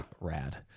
rad